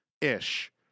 ish